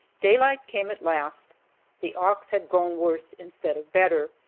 daylight came at last the ox had grown worse instead of better,